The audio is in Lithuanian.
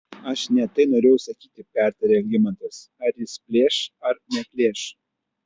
aš ne tai norėjau sakyti pertarė algimantas ar jis plėš ar neplėš